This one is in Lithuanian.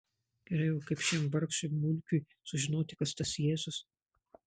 gerai o kaip šiam vargšui mulkiui sužinoti kas tas jėzus